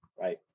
Right